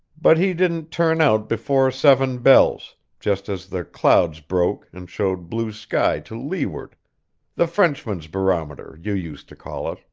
but he didn't turn out before seven bells, just as the clouds broke and showed blue sky to leeward the frenchman's barometer, you used to call it.